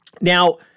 Now